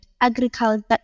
agriculture